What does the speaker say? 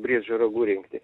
briedžių ragų rinkti